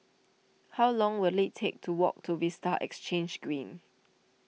how long will it take to walk to Vista Exhange Green